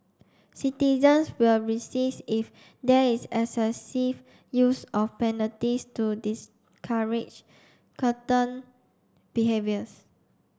citizens will resist if there is excessive use of penalties to discourage curtain behaviours